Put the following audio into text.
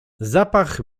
zapach